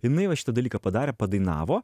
jinai va šitą dalyką padarė padainavo